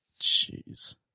Jeez